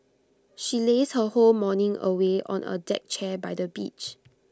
she lazed her whole morning away on A deck chair by the beach